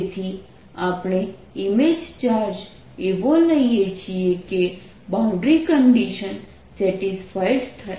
તેથી આપણે image charge એવો લઈએ છીએ કે બાઉન્ડ્રી કન્ડિશન સેટિસ્ફાઇડ થાય